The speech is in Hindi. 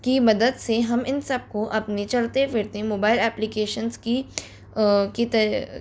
की मदद से हम इन सबको अपने चलते फिरते मोबाइल एप्लीकेशंस की की तरह